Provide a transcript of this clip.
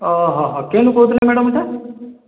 କେନୁ କହୁଥିଲେ ମ୍ୟାଡ଼ମ୍ ଇ'ଟା